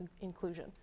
inclusion